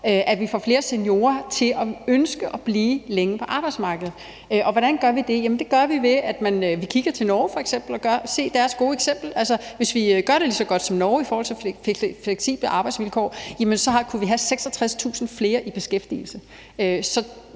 rigtig meget for – til at ønske at blive længe på arbejdsmarkedet. Og hvordan gør vi det? Det gør vi, ved at vi f.eks. kigger til Norge og ser på deres gode eksempel. Altså, hvis vi gør det lige så godt som Norge i forhold til fleksible arbejdsvilkår, kunne vi have 66.000 flere i beskæftigelse.